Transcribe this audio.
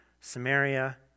Samaria